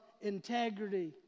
integrity